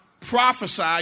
Prophesy